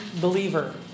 believer